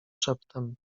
szeptem